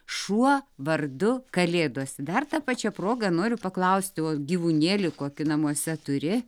šuo vardu kalėdos dar ta pačia proga noriu paklausti o gyvūnėlį kokį namuose turi